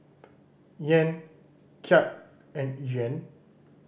Yen Kyat and Yuan